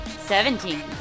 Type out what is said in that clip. Seventeen